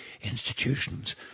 institutions